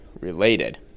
related